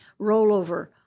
rollover